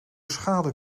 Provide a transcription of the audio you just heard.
schade